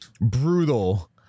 brutal